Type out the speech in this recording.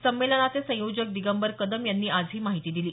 संमेलनाचे संयोजक दिगंबर कदम यांनी आज ही माहिती दिली